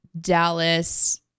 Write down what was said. Dallas